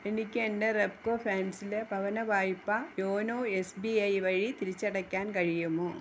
എനിക്കെന്റെ റെപ്ക്കോ ഫിനാൻസിലെ ഭവനവായ്പ യോനോ എസ് ബി ഐ വഴി തിരിച്ചടയ്ക്കാൻ കഴിയുമോ